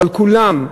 אבל כולם,